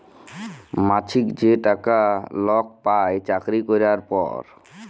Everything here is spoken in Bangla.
মাছিক যে টাকা লক পায় চাকরি ক্যরার পর